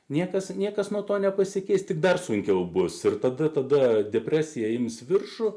niekas niekas nuo to nepasikeis tik dar sunkiau bus ir tada tada depresija ims viršų